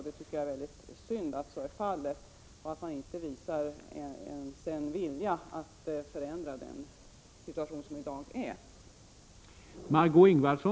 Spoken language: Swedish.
Det är synd att så är fallet och att man inte visar ens en vilja att förändra den situation som i dag föreligger.